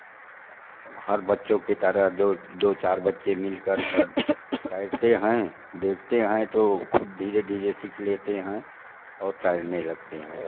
हर बच्चों के तरह दो दो चार बच्चे मिलकर सब तैरते हैं देखते हैं तो खुद धीरे धीरे सीख लेते हैं और तैरने लगते हैं